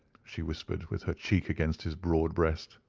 she whispered, with her cheek against his broad breast.